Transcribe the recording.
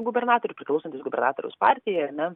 gubernatoriui priklausantys gubernatoriaus partijai ar ne